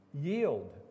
Yield